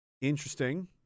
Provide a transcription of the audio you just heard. Interesting